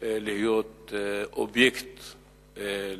להיות אובייקט לגיוס?